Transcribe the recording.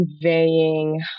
conveying